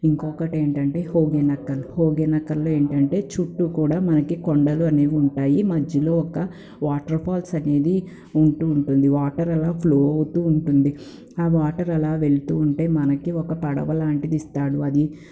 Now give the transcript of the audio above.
ఇంకొకటేంటంటే హొగెనెకల్ హొగెనకల్లో ఏంటంటే చుట్టూ కూడా మనకి కొండలు అనేవి ఉంటాయి మధ్యలో ఒక వాటర్ ఫాల్స్ అనేది ఉంటూఉంటుంది వాటర్ అలా ఫ్లో అవుతూ ఉంటుంది వాటర్ అలా వెళ్తూ ఉంటే మనకి ఒక పడవలాంటిది ఇస్తాడు అది